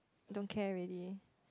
don't care already